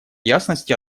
ясности